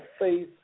faith